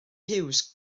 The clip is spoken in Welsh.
hughes